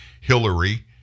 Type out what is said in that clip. Hillary